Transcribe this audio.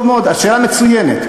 טוב מאוד, השאלה מצוינת.